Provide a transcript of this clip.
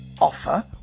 offer